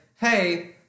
Hey